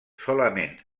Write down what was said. solament